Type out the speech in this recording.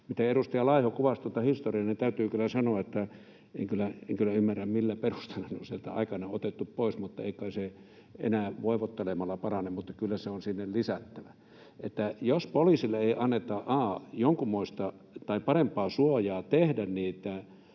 Edustaja Laiho kuvasi tuota historiaa, ja täytyy kyllä sanoa, että en kyllä ymmärrä, millä perusteella se on sieltä aikoinaan otettu pois, mutta ei kai se enää voivottelemalla parane, vaan kyllä se on sinne lisättävä. Jos poliisille ei anneta jonkunmoista tai parempaa suojaa tehdä niitä